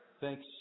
Thanks